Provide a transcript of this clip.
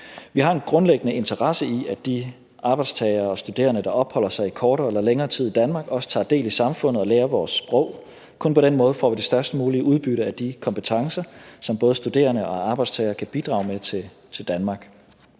Vi har en grundlæggende interesse i, at de arbejdstagere og studerende, der opholder sig i kortere eller længere tid i Danmark, også tager del i samfundet og lærer vores sprog; kun på den måde får vi det størst mulige udbytte af de kompetencer, som både studerende og arbejdstagere kan bidrage med til Danmark.